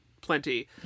plenty